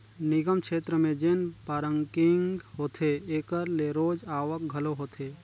निगम छेत्र में जेन पारकिंग होथे एकर ले रोज आवक घलो होथे